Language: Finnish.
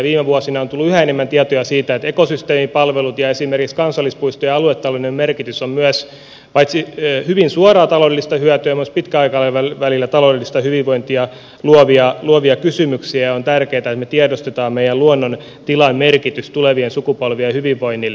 viime vuosina on tullut yhä enemmän tietoja siitä että ekosysteemipalvelut ja esimerkiksi kansallispuistojen aluetaloudellinen merkitys ovat paitsi hyvin suoraa taloudellista hyötyä myös pitkällä aikavälillä taloudellista hyvinvointia luovia ja on tärkeätä että me tiedostamme meidän luontomme tilan merkityksen tulevien sukupolvien hyvinvoinnille